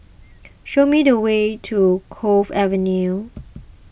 show me the way to Cove Avenue